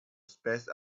spaced